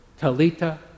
Talita